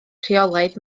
rheolaidd